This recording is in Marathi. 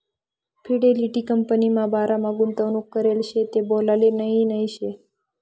फिडेलिटी कंपनीमा बारामा गुंतवणूक करेल शे ते बोलाले नही नही शे